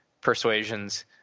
persuasions